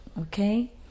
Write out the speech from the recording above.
Okay